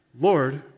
Lord